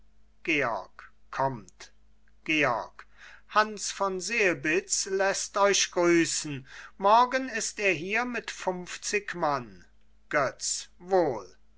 georg kommt georg hans von selbitz läßt euch grüßen morgen ist er hier mit funfzig mann götz wohl